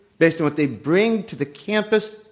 based on what they bring to the campus,